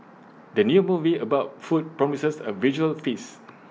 the new movie about food promises A visual feast